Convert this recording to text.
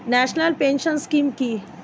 National pension scheme কি?